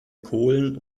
kohlen